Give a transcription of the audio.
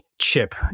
chip